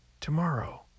tomorrow